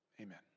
Amen